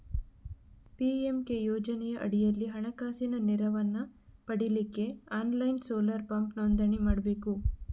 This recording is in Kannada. ಪಿ.ಎಂ.ಕೆ ಯೋಜನೆಯ ಅಡಿಯಲ್ಲಿ ಹಣಕಾಸಿನ ನೆರವನ್ನ ಪಡೀಲಿಕ್ಕೆ ಆನ್ಲೈನ್ ಸೋಲಾರ್ ಪಂಪ್ ನೋಂದಣಿ ಮಾಡ್ಬೇಕು